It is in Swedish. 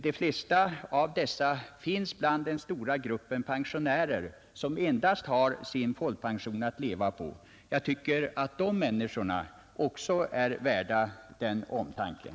De flesta av dessa finns bland den stora gruppen pensionärer som endast har sin folkpension att leva på. Jag tycker att de människorna också är värda den omtanken.